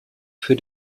für